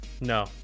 no